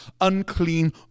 unclean